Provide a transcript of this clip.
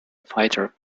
fighter